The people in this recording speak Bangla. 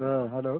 হ্যাঁ হ্যালো